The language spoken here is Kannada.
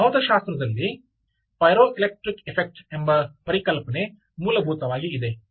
ಭೌತಶಾಸ್ತ್ರದಲ್ಲಿ ಪೈರೋಎಲೆಕ್ಟ್ರಿಕ್ ಎಫೆಕ್ಟ್ ಎಂಬ ಪರಿಕಲ್ಪನೆ ಮೂಲಭೂತವಾಗಿ ಇದೆ